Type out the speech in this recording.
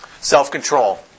Self-control